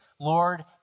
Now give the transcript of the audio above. Lord